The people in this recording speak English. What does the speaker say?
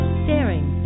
staring